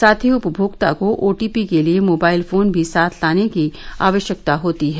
साथ ही उपभोक्ता को ओटीपी के लिए मोबाइल फोन भी साथ लाने की आवश्यकता होती है